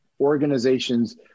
organizations